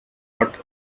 pat